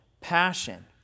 passion